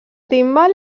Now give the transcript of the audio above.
timbal